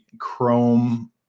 Chrome